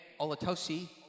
Olatosi